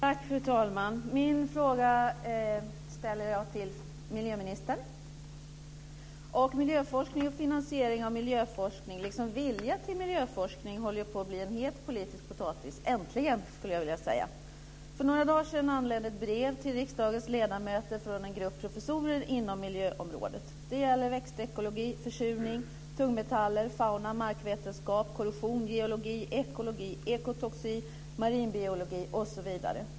Fru talman! Min fråga ställer jag till miljöministern. Miljöforskning och finansiering av miljöforskning, liksom vilja till miljöforskning, håller på att bli en het politisk potatis - äntligen, skulle jag vilja säga. För några dagar sedan anlände ett brev till riksdagens ledamöter från en grupp professorer inom miljöområdet. Det gäller växtekologi, försurning, tungmetaller, fauna, markvetenskap, korrosion, geologi, ekologi, ekotoxi, marinbiologi osv.